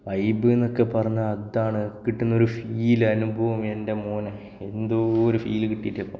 vibe എന്നൊക്കെ പറഞ്ഞാൽ അതാണ് കിട്ടുന്നവർ ഫീല് അനുഭവം എൻ്റെ മോനെ എന്തോ ഒരു ഫീല് കിട്ടിയിട്ട് ഇപ്പം